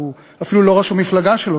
הוא אפילו לא ראש המפלגה שלו,